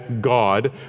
God